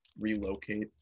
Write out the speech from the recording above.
relocate